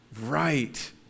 Right